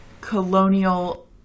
colonial